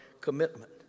commitment